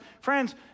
friends